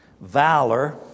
valor